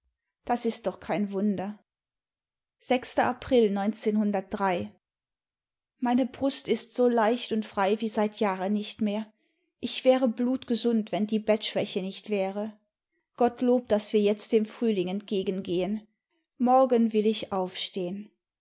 das ist doch kein wunder april meine brust ist so leicht imd frei wie seit jahren nicht mehr ich wäre blutgesund wenn die bettschwäche nicht wäre gk ttlob daß wir jetzt dem frühling entgegengehen morgen will ich aufstehn